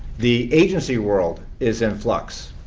the agency world is in flux.